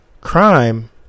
Crime